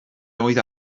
oedd